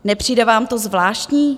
Nepřijde vám to zvláštní?